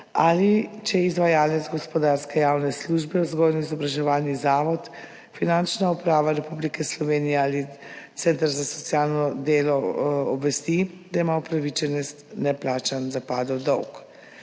ali če je izvajalec gospodarske javne službe, vzgojno-izobraževalni zavod, Finančna uprava Republike Slovenije ali center za socialno delo obvestil, da ima upravičenec neplačan zapadli dolg.